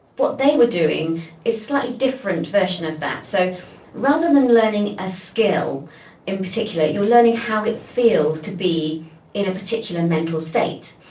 what they were doing is a slightly different version of that. so rather than learning a skill in particular, you're learning how it feels to be in a particular mental state.